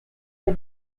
for